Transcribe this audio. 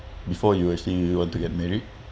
before you actually want to get married